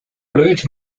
blöd